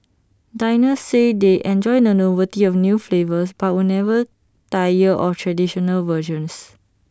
diners say they enjoy the novelty of new flavours but will never tire of traditional versions